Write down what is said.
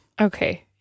okay